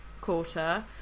quarter